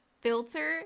filter